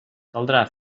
caldrà